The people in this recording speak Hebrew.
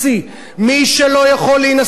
מי שלא יכול להינשא בנישואים